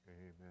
amen